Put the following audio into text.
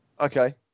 Okay